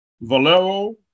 Valero